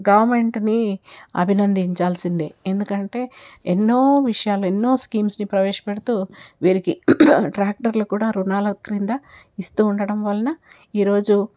గవర్నమెంట్ని అభినందించాల్సిందే ఎందుకంటే ఎన్నో విషయాలు ఎన్నో స్కీమ్స్ని ప్రవేశపెడుతూ వీరికి ట్రాక్టర్లు కూడా రుణాల క్రింద ఇస్తూ ఉండటం వలన ఈరోజు